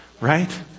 Right